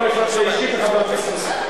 לא לפנות אישית לחבר הכנסת חסון,